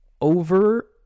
Over